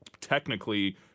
technically